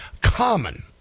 common